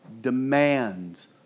demands